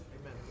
Amen